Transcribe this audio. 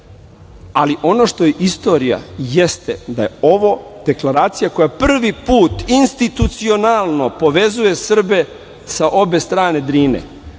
ali ono što je istorija jeste da je ovo deklaracija koja je prvi put institucionalno povezala Srbe sa obe strane Drine.